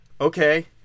okay